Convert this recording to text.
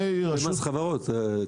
מס חברות.